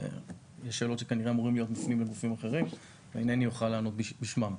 יש שאלות שכנראה אמורות להיות מופנות לגופים אחרים ולא אוכל לענות בשמם.